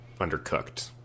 undercooked